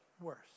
worse